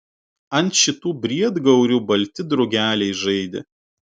ant šitų briedgaurių balti drugeliai žaidė